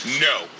No